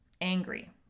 angry